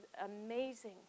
amazing